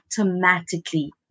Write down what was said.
automatically